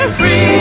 free